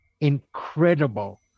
incredible